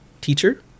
teacher